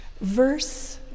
verse